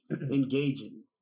engaging